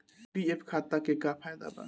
PPF खाता के का फायदा बा?